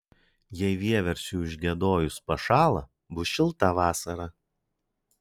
jei vieversiui užgiedojus pašąla bus šilta vasara